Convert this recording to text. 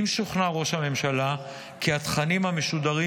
אם שוכנע ראש הממשלה כי התכנים המשודרים